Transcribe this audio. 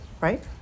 right